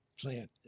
plant